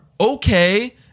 Okay